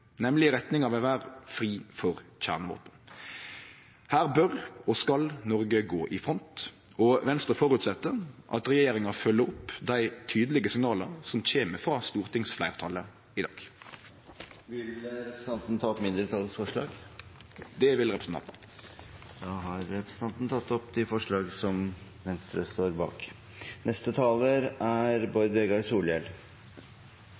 nemleg i retning av ei verd fri for kjernevåpen. Her bør og skal Noreg gå i front, og Venstre føreset at regjeringa følgjer opp dei tydelege signala som kjem frå stortingsfleirtalet i dag. Vil representanten ta opp mindretallsforslag? Det vil representanten. Representanten Sveinung Rotevatn har da tatt opp de forslagene der Venstre